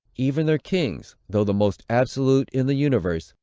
even their kings, though the most absolute in the universe,